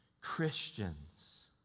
Christians